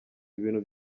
ibintu